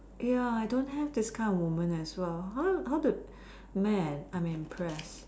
ya I don't have this kind of moment as well !huh! how to like mad I am impressed